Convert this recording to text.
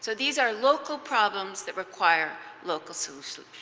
so these are local problems that require local solutions.